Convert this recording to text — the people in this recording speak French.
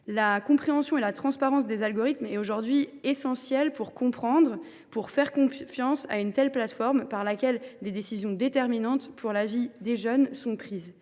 La compréhension et la transparence des algorithmes sont essentielles pour comprendre et faire confiance à un tel instrument, par lequel des décisions déterminantes pour la vie des jeunes sont prises.